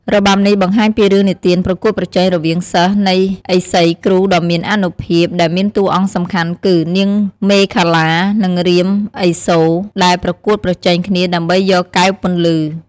របាំនេះបង្ហាញពីរឿងនិទានប្រកួតប្រជែងរវាងសិស្សនៃឥសីគ្រូដ៏មានអានុភាព ដែលមានតួអង្គសំខាន់គឺ នាងមេខលា និង រាមឥសូរ ដែលប្រកួតប្រជែងគ្នាដើម្បីយកកែវពន្លឺ។